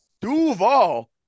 Duval